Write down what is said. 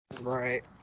Right